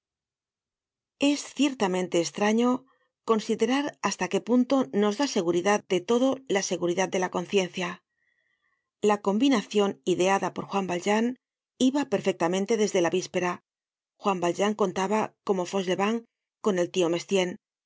es ciertamente estraño considerar hasta qué punto nos da seguridad de todo la seguridad de la conciencia la combinacion ideada por juan valjean iba perfectamente desde la víspera juan valjean contaba como fauchelevent con el tio